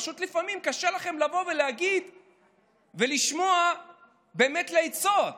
פשוט לפעמים קשה לכם לבוא ולשמוע באמת לעצות.